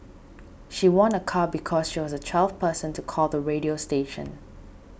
she won a car because she was the twelfth person to call the radio station